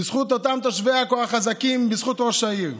בזכות אותם תושבי עכו החזקים, בזכות ראש העיר.